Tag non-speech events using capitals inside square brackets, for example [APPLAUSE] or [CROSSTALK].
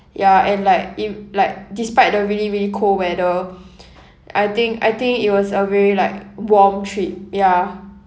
ya and like it like despite the really really cold weather [BREATH] I think I think it was a very like warm trip ya